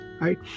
right